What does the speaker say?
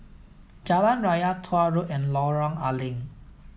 Jalan Raya Tuah Road and Lorong A Leng